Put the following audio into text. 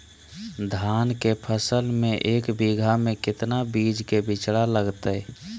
धान के फसल में एक बीघा में कितना बीज के बिचड़ा लगतय?